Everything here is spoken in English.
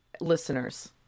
Listeners